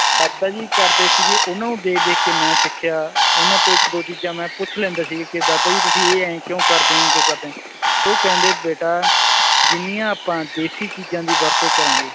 ਦਾਦਾ ਜੀ ਕਰਦੇ ਸੀਗੇ ਉਹਨਾਂ ਨੂੰ ਦੇਖ ਦੇਖ ਕੇ ਮੈਂ ਸਿੱਖਿਆ ਉਹਨਾਂ ਤੋਂ ਇੱਕ ਦੋ ਚੀਜ਼ਾਂ ਮੈਂ ਪੁੱਛ ਲੈਂਦਾ ਸੀ ਕਿ ਦਾਦਾ ਜੀ ਤੁਸੀਂ ਇਹ ਐਂ ਕਿਉਂ ਕਰਦੇ ਹੋ ਕਿਉਂ ਕਰਦੇ ਹੋ ਉਹ ਕਹਿੰਦੇ ਬੇਟਾ ਜਿੰਨੀਆਂ ਆਪਾਂ ਦੇਸੀ ਚੀਜ਼ਾਂ ਦੀ ਵਰਤੋਂ ਕਰਾਂਗੇ